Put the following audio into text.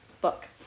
book